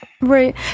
Right